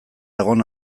egon